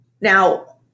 Now